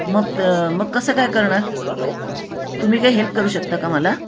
मग मग कसं काय करणार तुम्ही काही हेल्प करू शकता का मला